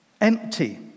empty